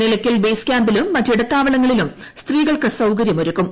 Nilakkal base ക്യാമ്പിലും മറ്റു ഇടത്താവളങ്ങളിലും സ്ത്രീകൾക്ക് സൌകര്യം ഒരുക്കും